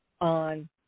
on